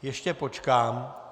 Ještě počkám.